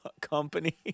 company